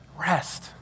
rest